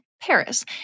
Paris